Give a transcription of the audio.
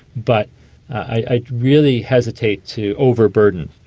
but i really hesitate to overburden.